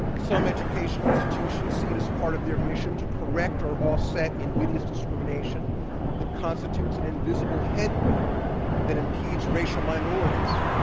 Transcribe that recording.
some educational institutions see it as part of their mission to correct or offset invidious discrimination that constitutes an invisible headwind that impedes racial minorities,